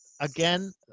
again